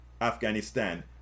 Afghanistan